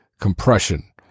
compression